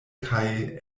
kaj